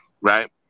right